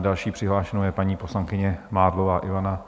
Další přihlášenou je paní poslankyně Mádlová Ivana.